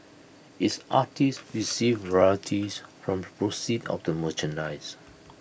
its artists receive royalties from proceeds of the merchandise